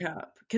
up